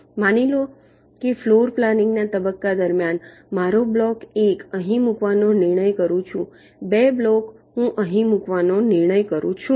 માની લો કે ફ્લોર પ્લાનિંગ ના તબક્કા દરમ્યાન મારો બ્લોક 1 અહીં મૂકવાનો નિર્ણય કરું છું 2 બ્લોક હું અહીં મૂકવાનું નક્કી કરૂ છું